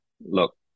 look